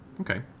Okay